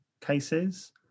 cases